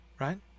Right